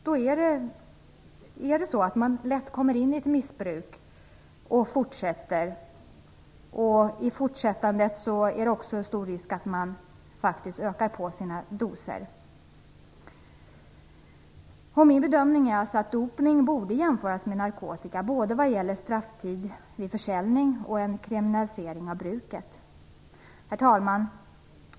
Då hamnar man lätt i ett fortsatt missbruk, som innebär att man faktiskt också ökar dosen. Min bedömning är att dopningspreparat borde jämföras med narkotika, både vad gäller strafftid vid försäljning och en kriminalisering av bruket. Herr talman!